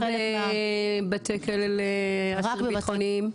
ולשוויון מגדרי): << יור >> וכמה בבתי כלא לאסירים ביטחוניים?